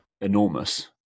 enormous